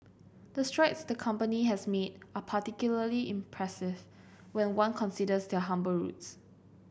the strides the company has made are particularly impressive when one considers their humble roots